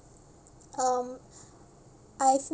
um I've